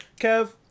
Kev